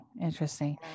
interesting